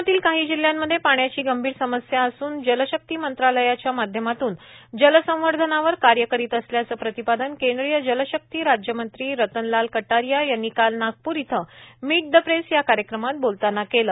देशातील काही जिल्हयांमध्ये पाण्याची गंभीर समस्या असून जलशक्ती मंत्रालयाच्या माध्यमातून जलसंवर्धनावर कार्य करीत असल्याचं प्रतिपादन केंद्रीय जलशक्ती राज्यमंत्री रतनलाल कटारिया यांनी काल नागपूर इथं मिट द प्रेस या कार्यक्रमात बोलताना केलं